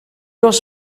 oes